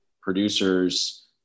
producers